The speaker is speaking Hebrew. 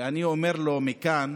ואני אומר לו מכאן: